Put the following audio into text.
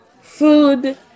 food